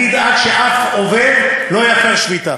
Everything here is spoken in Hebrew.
אני אדאג שאף עובד לא יפר שביתה.